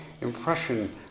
impression